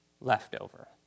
leftover